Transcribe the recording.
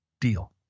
deal